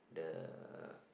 the